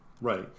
right